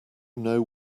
know